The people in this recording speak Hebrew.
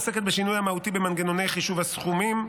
עוסק בשינוי המהותי במנגנוני חישוב הסכומים,